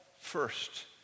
first